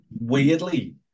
weirdly